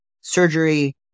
surgery